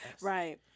right